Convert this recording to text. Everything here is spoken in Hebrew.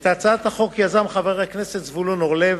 את הצעת החוק יזם חבר הכנסת זבולון אורלב.